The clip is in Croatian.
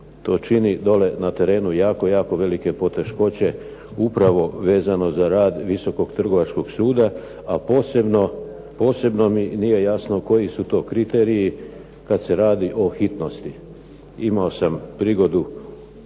to čini na terenu jako, jako velike poteškoće upravo vezano za rad Visokog trgovačkog suda. A posebno mi nije jasno koji su to kriteriji kada se radi o hitnosti. Imao sam prigodu